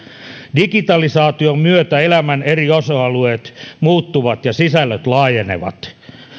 digitalisaation myötä elämän eri osa alueet muuttuvat ja sisällöt laajenevat